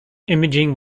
imaging